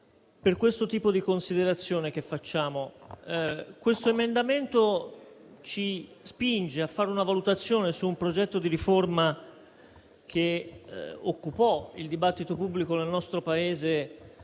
per la seguente considerazione. Questo emendamento ci spinge a fare una valutazione su un progetto di riforma che occupò il dibattito pubblico nel nostro Paese